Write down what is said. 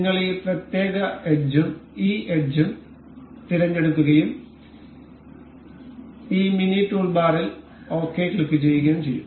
നിങ്ങൾ ഈ പ്രത്യേക എഡ്ജും ഈ എഡ്ജും തിരഞ്ഞെടുക്കുകയും ഈ മിനി ടൂൾബാറിൽ ശരി ക്ലിക്കുചെയ്യുകയും ചെയ്യും